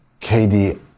KD